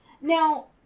Now